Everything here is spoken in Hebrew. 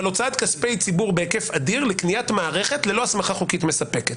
אבל הוצאת כספי ציבור בהיקף אדיר לקניית מערכת ללא הסמכה חוקית מספקת.